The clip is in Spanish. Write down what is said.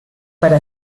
para